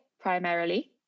primarily